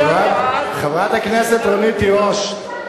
חברת הכנסת רונית תירוש.